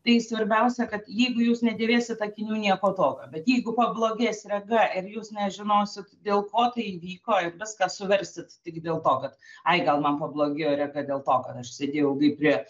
tai svarbiausia kad jeigu jūs nedėvėsit akinių nieko tokio bet jeigu pablogės rega ir jūs nežinosit dėl ko tai įvyko ir viską suversti tik dėl to kad ai gal man pablogėjo rega dėl to kad aš sėdėjau ilgai prie